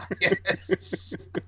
Yes